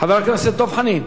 חבר הכנסת דב חנין,